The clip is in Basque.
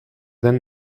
den